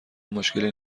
مشکلی